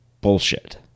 bullshit